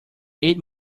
eight